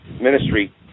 ministry